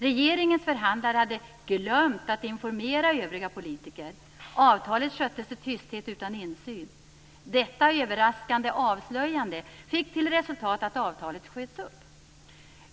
Regeringens förhandlare hade glömt att informera övriga politiker. Avtalet sköttes i tysthet utan insyn. Detta överraskande avslöjande fick till resultat att avtalet sköts upp.